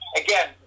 again